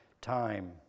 time